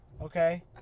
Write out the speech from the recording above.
Okay